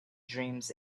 dreams